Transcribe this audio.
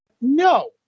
no